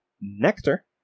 Nectar